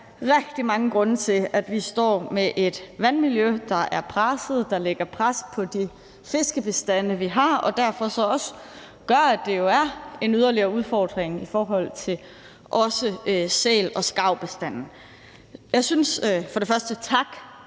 rigtig mange grunde til, at vi står med et vandmiljø, der er presset, og som lægger pres på de fiskebestande, vi har, og derfor også gør, at det er en yderligere udfordring i forhold til sæl- og skarvbestanden. For det første vil